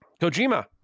Kojima